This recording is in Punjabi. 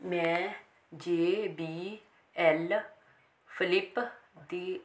ਮੈਂ ਜੇ ਬੀ ਐਲ ਫਲਿੱਪ ਦੀ